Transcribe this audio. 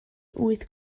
wyth